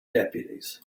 deputies